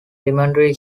elementary